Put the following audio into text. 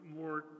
more